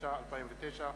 התש"ע 2009,